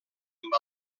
amb